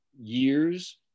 years